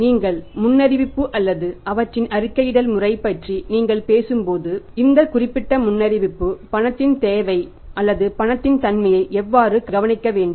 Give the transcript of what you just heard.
நீங்கள் முன்னறிவிப்பு அல்லது அவற்றின் அறிக்கையிடல் முறை பற்றி நீங்கள் பேசும்போது இந்த குறிப்பிட்ட முன்னறிவிப்பு பணத்தின் தேவை அல்லது பணத்தின் தன்மையை எவ்வாறு கணிக்க வேண்டும்